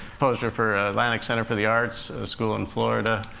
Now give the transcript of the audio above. poster for atlantic center for the arts, a school in florida.